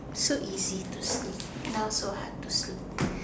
so easy to sleep now so hard to sleep